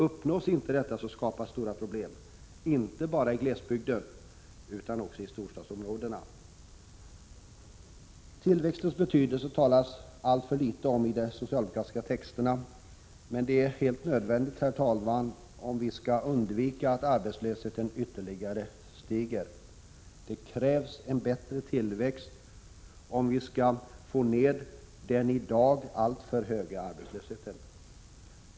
Uppnås inte detta skapas stora problem, inte bara i glesbygderna utan också i storstadsområdena. Tillväxtens betydelse talas det alltför litet om i de socialdemokratiska texterna, men det är helt nödvändigt att göra det, herr talman, om vi skall undvika att arbetslösheten stiger ytterligare. Det krävs en bättre tillväxt om vi skall få ned den i dag alltför höga arbetslösheten.